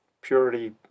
purity